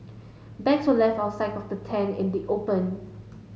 bags were left outside the tent in the open